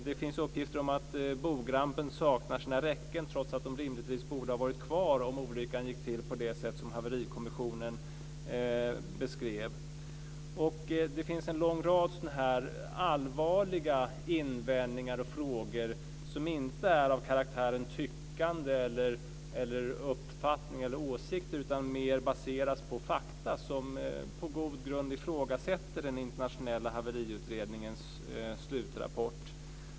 Det finns uppgifter om att bogrampen saknar sina räcken, trots att de rimligtvis borde ha varit kvar om olyckan gick till på det sätt som Haverikommissionen beskrev. Det finns en lång rad sådana allvarliga invändningar och frågor som inte är av karaktären tyckande, uppfattning eller åsikter, utan mer baseras på fakta som på god grund ifrågasätter den internationella haveriutredningens slutrapport.